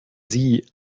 sie